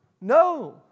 No